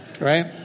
right